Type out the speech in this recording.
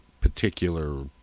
particular